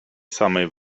samej